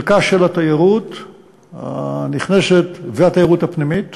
חלקה של התיירות הנכנסת והתיירות הפנימית